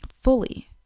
fully